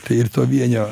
tai ir to vienio